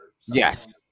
yes